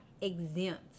exempt